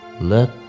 Let